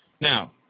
Now